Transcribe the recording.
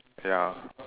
ya